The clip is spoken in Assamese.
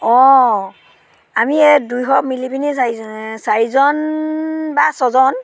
অঁ আমি এই দুইঘৰ মিলি পিনি চাৰিজন বা ছয়জন